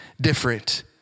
different